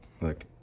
Look